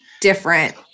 different